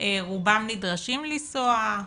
רובם נדרשים לנסוע,